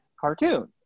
cartoon